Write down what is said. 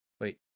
Wait